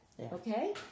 Okay